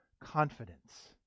confidence